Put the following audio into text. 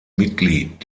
mitglied